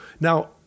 Now